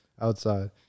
outside